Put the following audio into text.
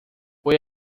foi